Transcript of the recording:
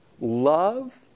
Love